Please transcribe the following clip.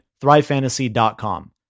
thrivefantasy.com